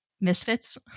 misfits